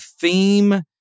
theme